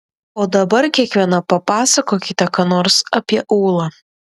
o dabar kiekviena papasakokite ką nors apie ūlą